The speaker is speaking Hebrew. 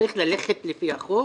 צריך ללכת לפי החוק.